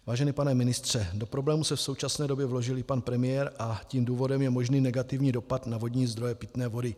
Vážený pane ministře, do problému se v současné době vložil i pan premiér a tím důvodem je možný negativní dopad na vodní zdroje pitné vody.